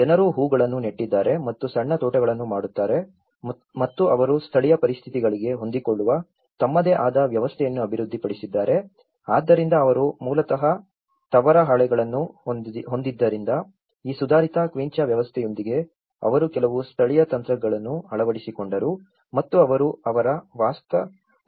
ಜನರು ಹೂಗಳನ್ನು ನೆಟ್ಟಿದ್ದಾರೆ ಮತ್ತು ಸಣ್ಣ ತೋಟಗಳನ್ನು ಮಾಡುತ್ತಾರೆ ಮತ್ತು ಅವರು ಸ್ಥಳೀಯ ಪರಿಸ್ಥಿತಿಗಳಿಗೆ ಹೊಂದಿಕೊಳ್ಳುವ ತಮ್ಮದೇ ಆದ ವ್ಯವಸ್ಥೆಯನ್ನು ಅಭಿವೃದ್ಧಿಪಡಿಸಿದ್ದಾರೆ ಆದ್ದರಿಂದ ಅವರು ಮೂಲತಃ ತವರ ಹಾಳೆಗಳನ್ನು ಹೊಂದಿದ್ದರಿಂದ ಈ ಸುಧಾರಿತ ಕ್ವಿಂಚಾ ವ್ಯವಸ್ಥೆಯೊಂದಿಗೆ ಅವರು ಕೆಲವು ಸ್ಥಳೀಯ ತಂತ್ರಗಳನ್ನು ಅಳವಡಿಸಿಕೊಂಡರು ಮತ್ತು ಅವರು ಅವರ ವಾಸಸ್ಥಾನಗಳನ್ನು ಮಾರ್ಪಡಿಸಲು ಪ್ರಯತ್ನಿಸಿದರು